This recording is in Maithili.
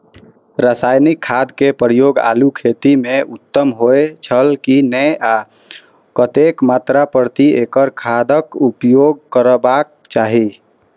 रासायनिक खाद के प्रयोग आलू खेती में उत्तम होय छल की नेय आ कतेक मात्रा प्रति एकड़ खादक उपयोग करबाक चाहि?